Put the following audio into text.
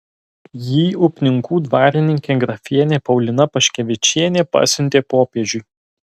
jį upninkų dvarininkė grafienė paulina paškevičienė pasiuntė popiežiui